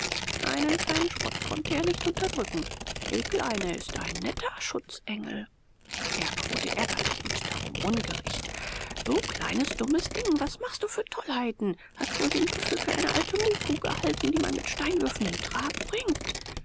einen kleinen spott konnte er nicht unterdrücken die kleine ist ein netter schutzengel erb wurde ärgerlich und darum ungerecht du kleines dummes ding was machst du für tollheiten hast wohl den büffel für eine alte muhkuh gehalten die man mit steinwürfen in trab bringt